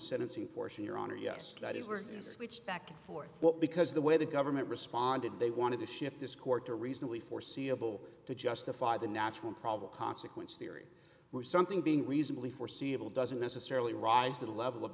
sentencing portion your honor yes that is were switched back and forth what because the way the government responded they wanted to shift this court to reasonably foreseeable to justify the natural problem consequence theory or something being reasonably foreseeable doesn't necessarily rise to the level of